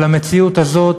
אבל המציאות הזאת